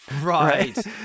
Right